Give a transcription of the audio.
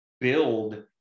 build